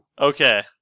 Okay